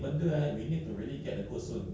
ah yes correct